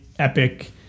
epic